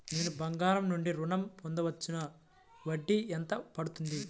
నేను బంగారం నుండి ఋణం పొందవచ్చా? వడ్డీ ఎంత పడుతుంది?